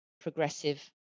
progressive